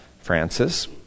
Francis